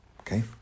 Okay